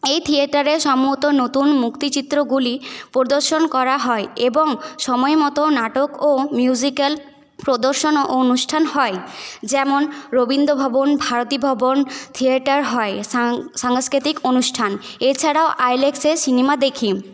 এই থিয়েটারে সম্মত নতুন মুক্তিচিত্রগুলি পরিদর্শন করা হয় এবং সময়মতো নাটক ও মিউজিক্যাল প্রদর্শন ও অনুষ্ঠান হয় যেমন রবীন্দ্রভবন ভারতীভবন থিয়েটার হয় সাংস্কিতিক অনুষ্ঠান এছাড়াও আইনক্সে সিনেমা দেখি